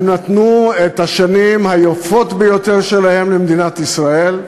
הם נתנו את השנים היפות ביותר שלהם למדינת ישראל.